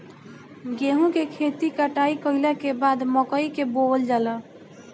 गेहूं के खेती कटाई कइला के बाद मकई के बोअल जाला